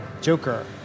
Joker